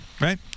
right